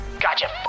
Gotcha